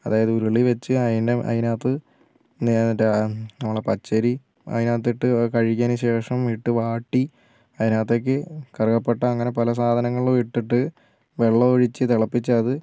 അതായത് ഉരുളി വച്ച് അതിൻ്റെ അതിനകത്ത് മറ്റേ നമ്മളെ പച്ചരി അതിനകത്തിട്ട് കഴുകിയതിനു ശേഷം ഇട്ടു വാട്ടി അതിനകത്തേക്ക് കറുകപ്പട്ട അങ്ങനെ പല സാധനങ്ങളും ഇട്ടിട്ടു വെള്ളം ഒഴിച്ച് തിളപ്പിച്ച് അത്